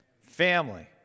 Family